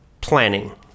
planning